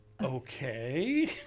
okay